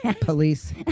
police